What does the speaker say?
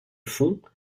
fonds